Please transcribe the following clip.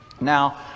Now